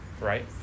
right